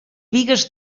bigues